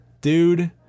dude